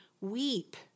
weep